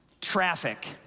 traffic